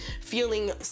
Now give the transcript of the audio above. feeling